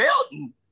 Milton